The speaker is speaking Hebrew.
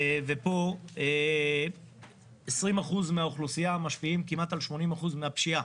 ופה 20% מהאוכלוסייה משפיעים כמעט על 80% מהפשיעה.